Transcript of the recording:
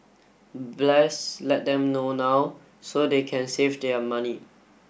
let them know now so they can save their money